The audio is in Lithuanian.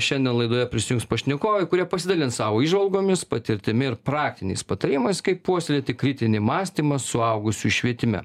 šiandien laidoje prisijungs pašnekovai kurie pasidalins savo įžvalgomis patirtimi ir praktiniais patarimais kaip puoselėti kritinį mąstymą suaugusių švietime